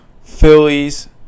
Phillies